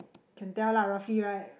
can tell lah roughly right